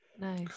Nice